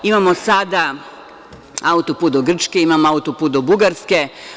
Imamo sada auto-put do Grčke, imamo auto-put do Bugarske.